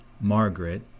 Margaret